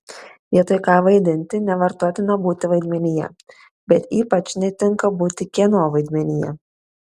vietoj ką vaidinti nevartotina būti vaidmenyje bet ypač netinka būti kieno vaidmenyje